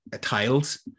tiles